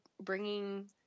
bringing